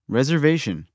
Reservation